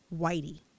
Whitey